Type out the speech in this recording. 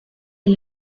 est